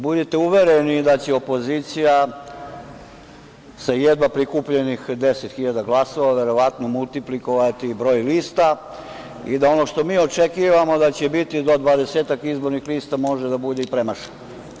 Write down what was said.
Budite uvereni da će opozicija sa jedva prikupljenih 10.000 glasova verovatno multiplikovati i broj lista i da ono što mi očekujemo da će biti do dvadesetak izbornih lista može da bude i premašeno.